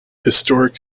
historic